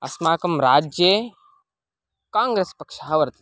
अस्माकं राज्ये काङ्ग्रेस् पक्षः वर्तते